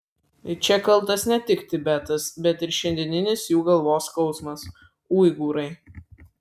ir čia kaltas ne tik tibetas bet ir šiandieninis jų galvos skausmas uigūrai